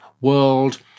world